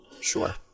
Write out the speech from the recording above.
Sure